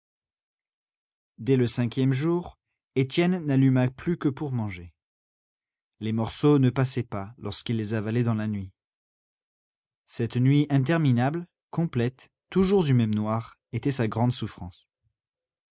dès le cinquième jour étienne n'alluma plus que pour manger les morceaux ne passaient pas lorsqu'il les avalait dans la nuit cette nuit interminable complète toujours du même noir était sa grande souffrance